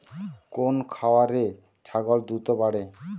কোন খাওয়ারে ছাগল দ্রুত বাড়ে?